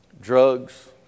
Drugs